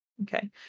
okay